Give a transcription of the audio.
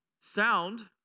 sound